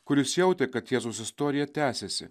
kuris jautė kad jėzaus istorija tęsiasi